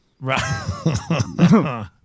Right